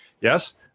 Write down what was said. yes